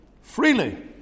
freely